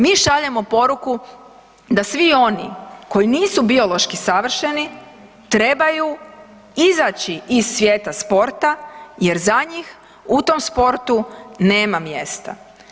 Mi šaljemo poruku da svi oni koji nisu biološki savršeni, trebaju izaći iz svijeta sporta jer za njih u tom sportu nema mjesta.